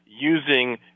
using